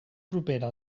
propera